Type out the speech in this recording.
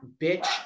bitch